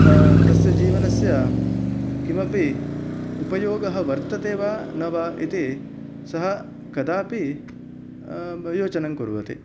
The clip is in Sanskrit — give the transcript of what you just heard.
तस्य जीवनस्य किमपि उपयोगः वर्तते वा न वा इति सः कदापि योचनं करोति